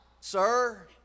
sir